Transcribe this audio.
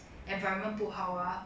environment 不好 ah